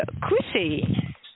Chrissy